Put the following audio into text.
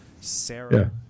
Sarah